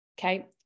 Okay